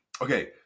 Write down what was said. Okay